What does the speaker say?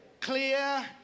clear